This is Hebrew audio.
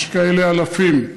יש כאלה אלפים,